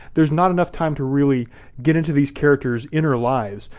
there's not enough time to really get into these characters' inner lives,